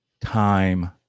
time